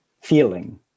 feeling